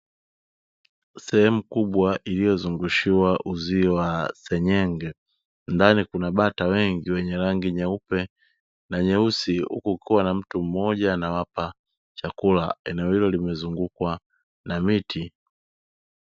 Sehemu kubwa iliyozungushiwa uzio wa senyenge, ndani kuna bata wengi wenye rangi nyeupe na nyeusi huku kukiwa na mtu mmoja anawapa chakula eneo hilo limezungukwa na miti.